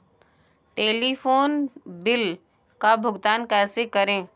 Telephone bill का भुगतान कैसे करें?